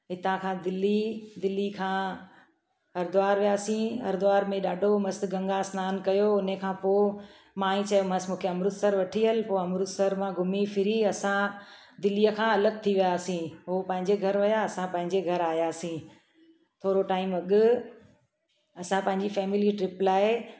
हितां खां दिल्ली दिल्ली खां हरिद्वार वियासीं हरिद्वार में ॾाढो मस्तु गंगा सनानु कयो हुन खां पोइ माई चयो मांस मूंखे अमृतसर वठी हल पोइ अमृतसर मां घुमी फिरी असां दिल्लीअ खां अलॻि थी वियासीं उहे पंहिंजे घर विया असां पांजे घर आयासीं थोरो टाइम अॻु असां पंहिंजी फैमिली ट्रिप लाइ